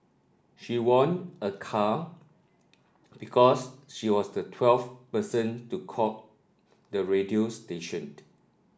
she won a car because she was the twelfth person to call the radio station